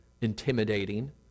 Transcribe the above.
intimidating